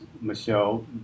Michelle